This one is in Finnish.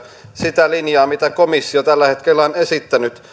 sitä linjaa mitä komissio tällä hetkellä on esittänyt